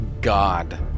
god